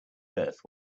earth